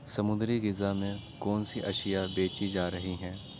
سمندری غذا میں کون سی اشیاء بیچی جا رہی ہیں